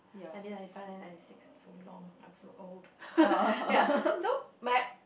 nineteen ninety five nineteen ninety six so long I'm so old ya so map